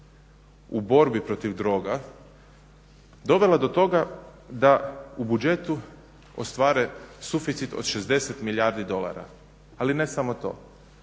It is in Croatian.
u borbi protiv droga dovela do toga da u budžetu ostvare suficit od 60 milijardi dolara. Ali ne samo to.